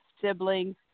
siblings